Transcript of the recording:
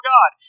God